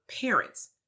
parents